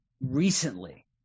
recently